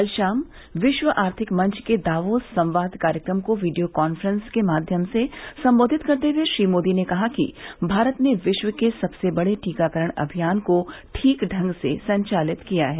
कल शाम विश्व आर्थिक मंच के दावोस संवाद कार्यक्रम को वीडियो कांफ्रेंस के माध्यम से संबोधित करते हुए श्री मोदी ने कहा कि भारत ने विश्व के सबसे बड़े टीकाकरण अभियान को ठीक ढंग से संचालित किया है